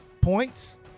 points